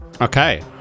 Okay